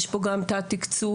יש פה גם תת תקצוב,